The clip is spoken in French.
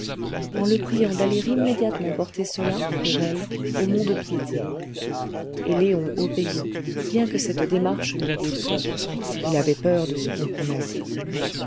en le priant d'aller immédiatement porter cela pour elle au mont-de-piété et léon obéit bien que cette démarche lui déplût il avait peur de se compromettre